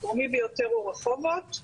הדרומי ביותר הוא רחובות.